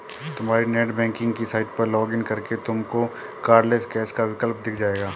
तुम्हारी नेटबैंकिंग की साइट पर लॉग इन करके तुमको कार्डलैस कैश का विकल्प दिख जाएगा